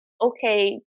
okay